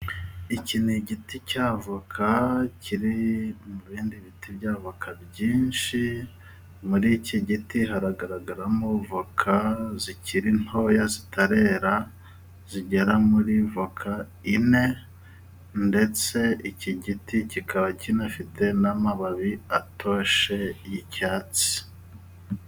Iki ni igiti cyavoka kiri mu bindi biti by'avoka byinshi, muri iki giti haragaragaramo voka zikiri ntoya zitarera, zigera muri voka ine, ndetse iki giti kikaba kinafite n'amababi atoshye, y'icyatsi.